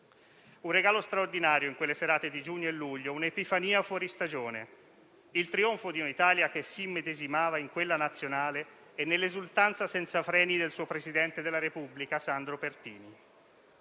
Un regalo straordinario in quelle serate di giugno e luglio, un'epifania fuori stagione, il trionfo di un'Italia che si immedesimava in quella Nazionale e nell'esultanza senza freni del suo presidente della Repubblica, Sandro Pertini.